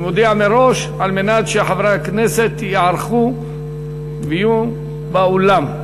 אני מודיע מראש כדי שחברי הכנסת ייערכו ויהיו באולם.